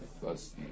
plus